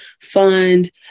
fund